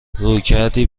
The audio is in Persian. رویکردی